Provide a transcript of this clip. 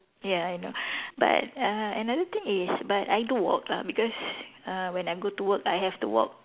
ya I know but uh another thing is but I do walk lah because uh when I go to work I have to walk